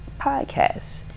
podcast